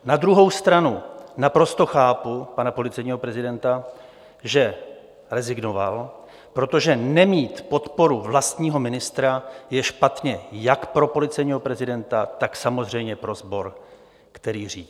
Na druhou stranu naprosto chápu pana policejního prezidenta, že rezignoval, protože nemít podporu vlastního ministra je špatně jak pro policejního prezidenta, tak samozřejmě pro sbor, který řídí.